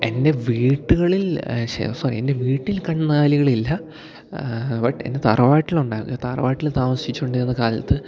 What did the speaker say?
എൻ്റെ വീട്ടുകളിൽ ശേ സോറി എൻ്റെ വീട്ടിൽ കന്നുകാലികളില്ല ബട്ട് എൻ്റെ തറവാട്ടിലുണ്ടായിരുന്നു തറവാട്ടിൽ താമസിച്ചുകൊണ്ടിരുന്ന കാലത്ത്